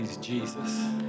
Jesus